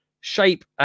shape